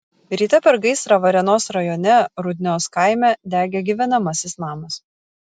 ryte per gaisrą varėnos rajone rudnios kaime degė gyvenamasis namas